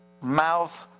Mouth